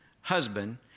husband